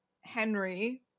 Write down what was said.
Henry